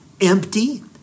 empty